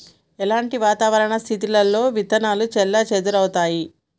ఎలాంటి వాతావరణ పరిస్థితుల్లో విత్తనాలు చెల్లాచెదరవుతయీ?